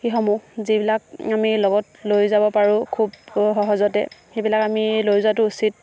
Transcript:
সমূহ যিবিলাক আমি লগত লৈ যাব পাৰোঁ খুব সহজতে সেইবিলাক আমি লৈ যোৱাটো উচিত